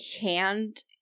hand